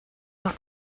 are